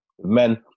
Men